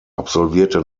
absolvierte